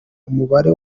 umubare